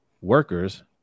workers